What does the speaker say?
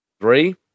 Three